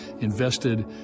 invested